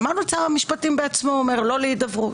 שמענו את שר המשפטים בעצמו אומר "לא להידברות".